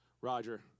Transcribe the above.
Roger